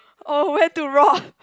oh where to roar ah